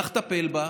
צריך לטפל בה.